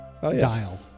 dial